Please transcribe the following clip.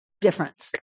difference